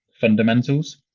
fundamentals